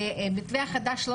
אבל המתווה החדש לא